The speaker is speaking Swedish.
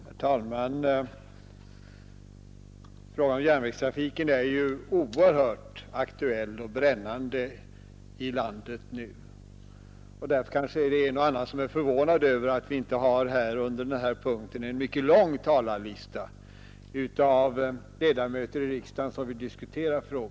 Herr talman! Frågan om järnvägstrafiken är ju nu oerhört aktuell och brännande ute i landet. Därför är kanske en och annan förvånad över att vi på denna punkt inte har en mycket lång talarlista.